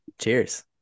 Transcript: cheers